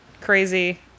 crazy